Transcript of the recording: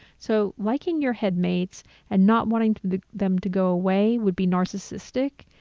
so liking your head mates and not wanting them to go away would be narcissistic?